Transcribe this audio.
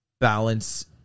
balance